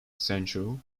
central